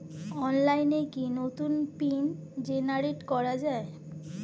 অনলাইনে কি নতুন পিন জেনারেট করা যায়?